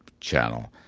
channel.